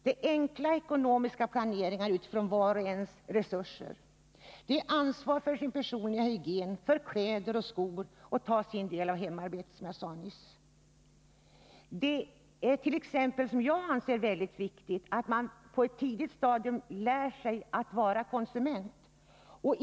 Det är enkla ekonomiska planeringar utifrån vars och ens resurser. Det är ansvar för den personliga hygienen, för kläder och skor. Jag anser det vara mycket viktigt att man på ett tidigt stadium lär sig att vara konsument.